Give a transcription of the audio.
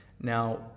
now